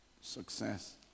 success